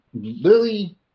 Lily